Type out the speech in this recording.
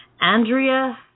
Andrea